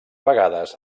vegades